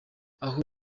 aho